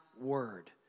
word